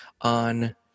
on